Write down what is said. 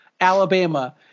Alabama